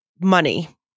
money